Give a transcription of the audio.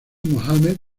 mohammed